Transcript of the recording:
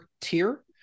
tier